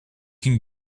can